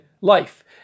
life